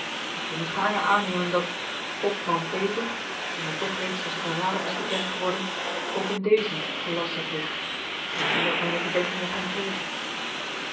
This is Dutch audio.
ik wil nu gaarne aannemen dat hopman peter die mij toch reeds als een verrader is bekend geworden ook in dezen gelasterd heeft want die had mijne verdenking op hem gericht